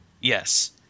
Yes